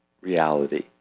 reality